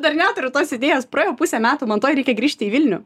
dar neturiu tos idėjos praėjo pusė metų man tuoj reikia grįžt į vilnių